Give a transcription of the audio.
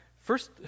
first